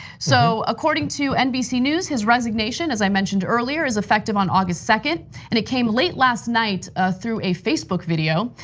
so according to nbc news, his resignation, as i mentioned earlier, is effective on august second. and it came late last night through a facebook video.